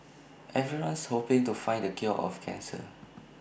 everyone's hoping to find the cure for cancer